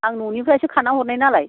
आं न'निफ्रायसो खाना हरनाय नालाय